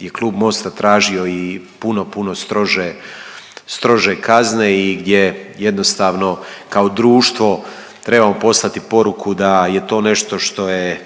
je klub Mosta tražio i puno, puno strože kazne i gdje jednostavno kao društvo trebamo poslati poruku da je to nešto što je